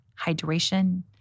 hydration